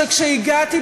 שכשהגעתי,